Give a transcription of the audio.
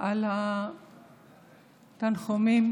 על התנחומים